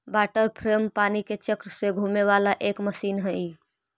water frame पानी के चक्र से घूमे वाला एक मशीन हई